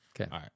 Okay